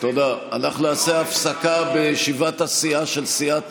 תודה אנחנו נעשה הפסקה בישיבת הסיעה של סיעת